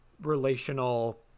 relational